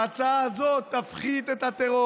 ההצעה הזאת תפחית את הטרור.